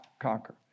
conquer